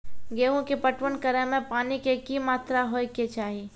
गेहूँ के पटवन करै मे पानी के कि मात्रा होय केचाही?